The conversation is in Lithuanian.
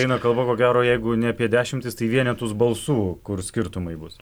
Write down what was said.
eina kalba ko gero jeigu ne apie dešimtis tai vienetus balsų kur skirtumai bus